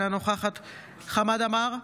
אינה נוכחת חמד עמאר,